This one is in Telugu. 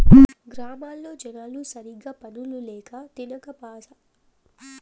గ్రామాల్లో జనాలు సరిగ్గా పనులు ల్యాక తినక ఉపాసాలు కూడా ఉన్నారు